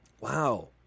Wow